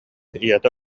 ийэтэ